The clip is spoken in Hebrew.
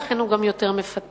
ולכן הוא גם יותר מפתה.